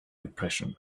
depression